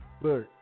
look